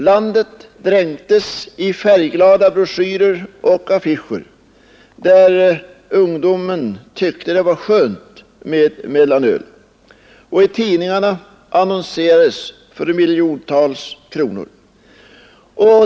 Landet dränktes i färgglada broschyrer och affischer där ungdomen tyckte att det var skönt med mellanöl, och i tidningarna annonserades för miljontals kronor.